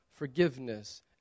forgiveness